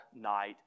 night